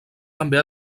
també